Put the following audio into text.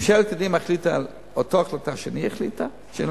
ממשלת קדימה החליטה אותה החלטה שאני החלטתי,